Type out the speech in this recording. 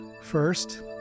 First